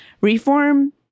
reform